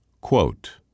Quote